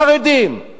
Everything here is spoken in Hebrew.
לא רוצים אותם,